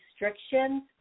restrictions